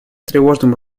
тревожным